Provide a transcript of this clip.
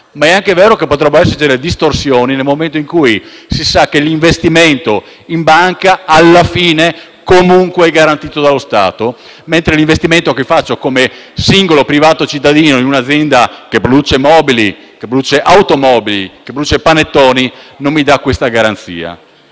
ma è anche vero che potrebbero esserci distorsioni, nel momento in cui si sa che l'investimento in banca, alla fine, comunque è garantito dallo Stato, mentre quello che si fa come singolo privato e cittadino in un'azienda che produce mobili, automobili o panettoni non dà questa garanzia.